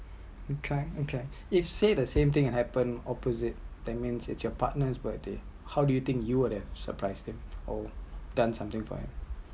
okay okay if say the same thing happened opposite that means is your partner‘s birthday how do you think you’ll have surprise him or done something for him